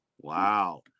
Wow